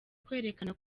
kwerekana